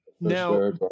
Now